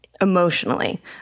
emotionally